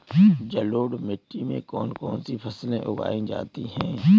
जलोढ़ मिट्टी में कौन कौन सी फसलें उगाई जाती हैं?